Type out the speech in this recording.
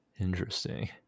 interesting